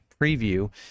preview